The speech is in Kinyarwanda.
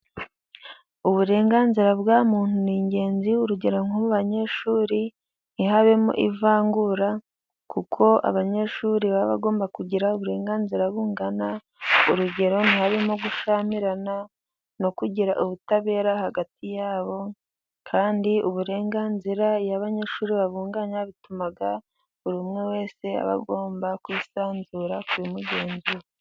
Uburenganzira bwa muntu ni ingenzi, urugero nk banyeshuri, ntihabemo ivangura, kuko abanyeshuri baba bagomba kugira uburenganzira bungana, urugero ntihabemo gushyamirana, no kugira ubutabera hagati yabo, kandi uburenganzira iyo abanyeshuri babunganya, bituma buri umwe wese aba agomba kwisanzura kuri mugenzi we.